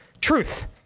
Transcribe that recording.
truth